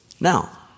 Now